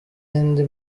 indi